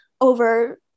over